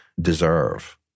deserve